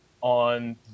on